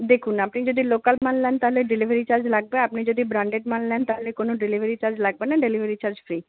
দেখুন আপনি যদি লোকাল মাল নেন তাহলে ডেলিভারি চার্জ লাগবে আপনি যদি ব্রাণ্ডেড মাল নেন তাহলে কোনও ডেলিভারি চার্জ লাগবে না ডেলিভারি চার্জ ফ্রি